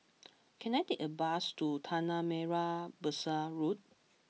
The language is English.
can I take a bus to Tanah Merah Besar Road